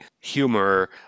humor